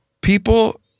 people